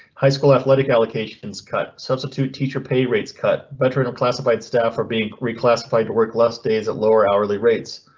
high school athletic allocations cut substitute teacher pay rates cut veteran classified staff are being reclassified to work less days at lower hourly rates.